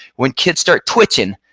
when kids start twitching,